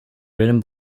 written